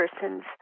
person's